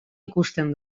ikusten